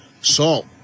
salt